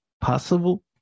possible